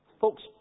Folks